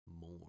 more